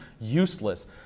useless